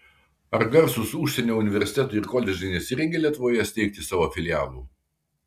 ar garsūs užsienio universitetai ir koledžai nesirengia lietuvoje steigti savo filialų